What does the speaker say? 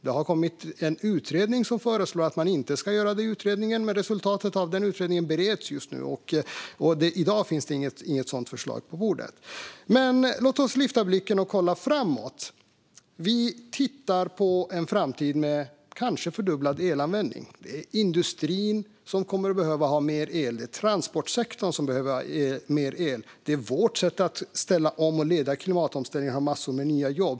Det har kommit en utredning som föreslår att man inte ska göra detta. Resultatet av denna utredning bereds just nu. I dag finns inget sådant förslag på bordet. Låt oss lyfta blicken och kolla framåt. Vi tittar på en framtid med kanske fördubblad elanvändning. Industrin och transportsektorn kommer att behöva ha mer el. Vårt sätt att ställa om och leda klimatomställningen innebär massor med nya jobb.